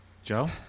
Joe